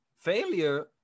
failure